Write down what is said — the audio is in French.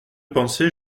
pensée